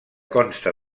consta